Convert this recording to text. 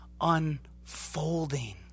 unfolding